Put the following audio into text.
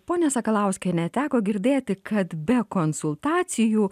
ponia sakalauskiene teko girdėti kad be konsultacijų